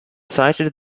sighted